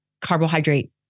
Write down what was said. carbohydrate